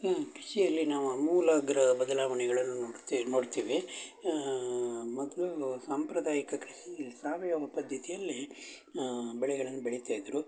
ಹಾಂ ಕೃಷಿಯಲ್ಲಿ ನಾವು ಅಮೂಲಾಗ್ರ ಬದಲಾವಣೆಗಳನ್ನು ನೋಡುತ್ತೆ ನೋಡ್ತೀವಿ ಮೊದಲು ಸಾಂಪ್ರದಾಯಿಕ ಕೃಷಿ ಸಾವಯವ ಪದ್ದತಿಯಲ್ಲಿ ಬೆಳೆಗಳನ್ನು ಬೆಳಿತಾ ಇದ್ದರು